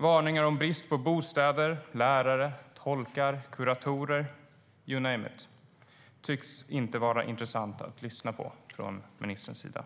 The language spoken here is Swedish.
Varningar om brist på bostäder, lärare, tolkar, kuratorer - you name it - tycks inte vara intressanta att lyssna på från ministerns sida.